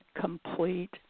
complete